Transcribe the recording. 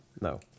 No